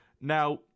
Now